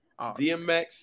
DMX